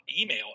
email